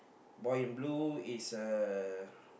boy in blue is uh